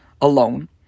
alone